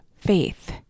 faith